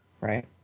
Right